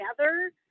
together